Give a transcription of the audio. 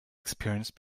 experienced